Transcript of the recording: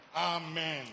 Amen